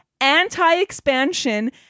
anti-expansion